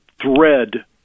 thread